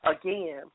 again